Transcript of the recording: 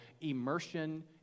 immersion